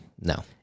No